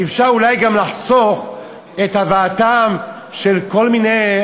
80,000. אפשר אולי גם לחסוך את הבאתם של כל מיני,